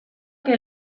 que